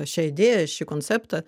šią idėją šį konceptą